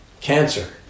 cancer